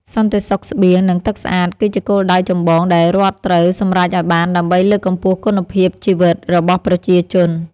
សន្តិសុខស្បៀង និងទឹកស្អាតគឺជាគោលដៅចម្បងដែលរដ្ឋត្រូវសម្រេចឱ្យបានដើម្បីលើកកម្ពស់គុណភាពជីវិតរបស់ប្រជាជន។